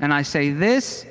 and i say this